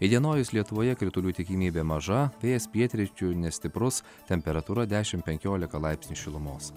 įdienojus lietuvoje kritulių tikimybė maža vėjas pietryčių nestiprus temperatūra dešim penkiolika laipsnių šilumos